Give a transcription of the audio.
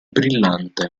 brillante